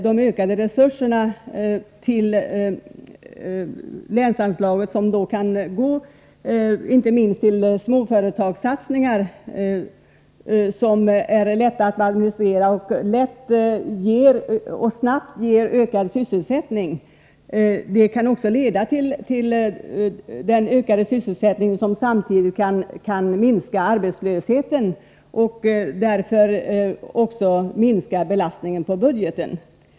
De ökade resurserna till länsanslaget går inte minst till småföretagssatsningar, som är lätta att administrera och som lätt och snabbt ger ökad sysselsättning. Det kan leda till att man minskar arbetslösheten och därigenom minskar belastningen på budgeten.